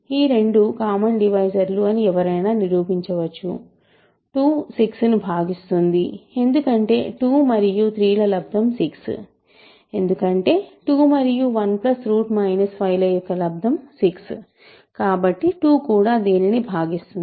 ఈ రెండూ కామన్ డివైజర్లు అని ఎవరైనా నిరూపించవచ్చు 2 6ను భాగిస్తుంది ఎందుకంటే 2 మరియు 3 ల లబ్దం 6 ఎందుకంటే 2 మరియు 1 5 ల యొక్క లబ్దం 6 కాబట్టి 2 కూడా దీనిని భాగిస్తుంది